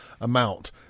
amount